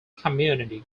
community